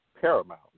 paramount